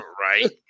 Right